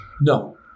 No